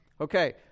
Okay